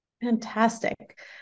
Fantastic